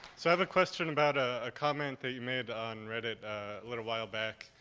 so i have a question about ah a comment that you made on reddit a little while back.